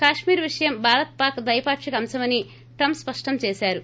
కశ్మీర్ విషయం భారత్ పాక్ ద్వైపాక్షిక అంశమని ట్రంప్ స్పష్టం చేశారు